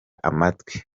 amatwi